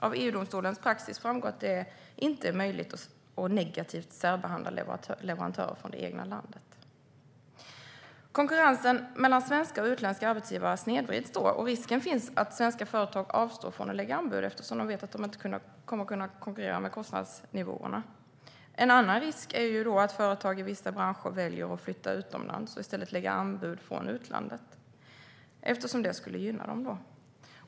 Av EU-domstolens praxis framgår att det inte är möjligt att negativt särbehandla leverantörer från det egna landet. Då snedvrids konkurrensen mellan svenska och utländska arbetsgivare, och risken finns att svenska företag avstår från att lägga anbud eftersom de vet att de inte kommer att kunna konkurrera med kostnadsnivåerna. En annan risk är att företag i vissa branscher väljer att flytta utomlands och i stället lägga anbud från utlandet eftersom det skulle gynna dem.